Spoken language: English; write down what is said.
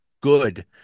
good